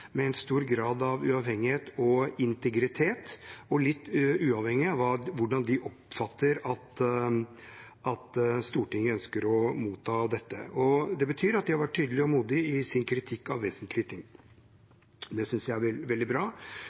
med en stor grad av uavhengighet og integritet og litt uavhengig av hvordan de oppfatter at Stortinget ønsker å motta det. Det betyr at de har vært tydelige og modige i sin kritikk av vesentlige ting. Det synes jeg er veldig bra.